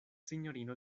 sinjorino